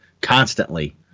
constantly